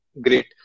Great